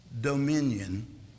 dominion